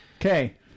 Okay